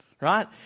right